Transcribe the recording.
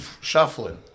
shuffling